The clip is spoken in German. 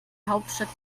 hauptstadt